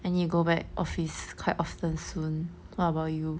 I need to go back office quite often soon what about you